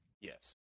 Yes